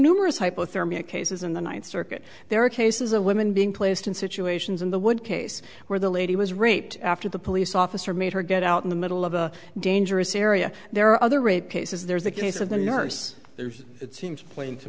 numerous hypothermia cases in the ninth circuit there are cases of women being placed in situations in the wood case where the lady was raped after the police officer made her get out in the middle of a dangerous area there are other rape cases there's the case of the nurse there's it seems plain to